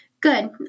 Good